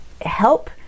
help